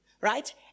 Right